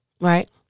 Right